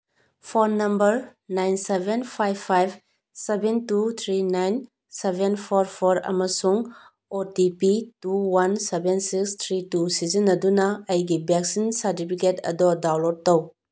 phone number nine seven five five seven two three nine seven four four ꯑꯃꯁꯨꯡ O T P two one seven six three two ꯁꯤꯖꯤꯟꯅꯗꯨꯅ ꯑꯩꯒꯤ vaccine certificate ꯑꯗꯣ download ꯇꯧ